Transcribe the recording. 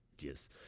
Yes